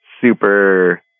super